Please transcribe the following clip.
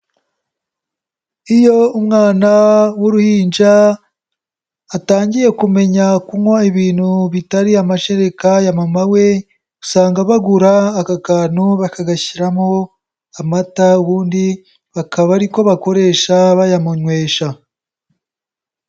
Iyo umwana w'uruhinja atangiye kumenya kunywa ibintu bitari amashereka ya mama we, usanga bagura aka kantu bakagashyiramo amata ubundi bakaba ari ko bakoresha bayamuywesha.